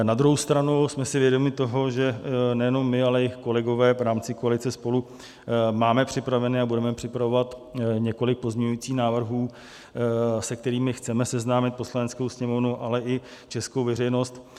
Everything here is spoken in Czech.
Na druhou stranu jsme si vědomi toho, že nejenom my, ale i kolegové v rámci koalice SPOLU máme připravené a budeme připravovat několik pozměňovacích návrhů, se kterými chceme seznámit Poslaneckou sněmovnu, ale i českou veřejnost.